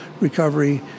recovery